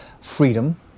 freedom